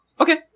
Okay